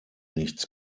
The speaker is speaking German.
nichts